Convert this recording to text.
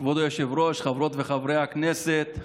כבוד היושב-ראש, חברות וחברי הכנסת,